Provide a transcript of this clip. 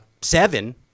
seven